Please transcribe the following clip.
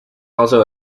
also